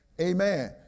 Amen